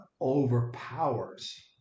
overpowers